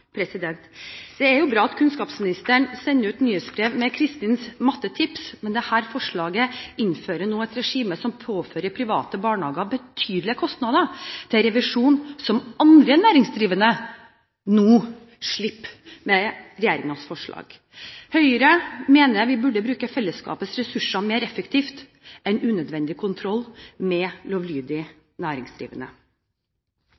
Det er jo bra at kunnskapsministeren sender ut nyhetsbrev med Kristins mattetips, men dette forslaget innfører et regime som påfører private barnehager betydelige kostnader til revisjon, som andre næringsdrivende nå slipper med regjeringens forslag. Høyre mener vi burde bruke fellesskapets ressurser mer effektivt enn å føre unødvendig kontroll med